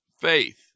faith